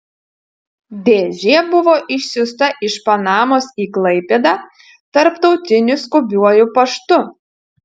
dėžė buvo išsiųsta iš panamos į klaipėdą tarptautiniu skubiuoju paštu